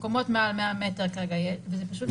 מקומות מעל 100 מטר כרגע יש.